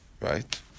right